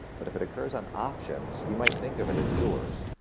but if it occurs on options, you might think of it as yours.